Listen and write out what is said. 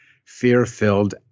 fear-filled